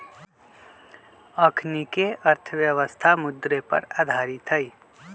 अखनीके अर्थव्यवस्था मुद्रे पर आधारित हइ